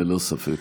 ללא ספק.